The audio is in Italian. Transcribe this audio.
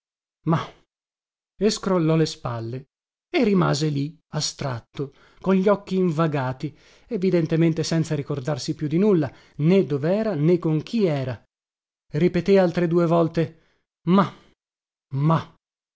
mah e scrollò le spalle e rimase lì astratto con gli occhi invagati evidentemente senza ricordarsi più di nulla né dovera né con chi era ripeté altre due volte mah mah